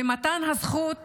ומתן הזכות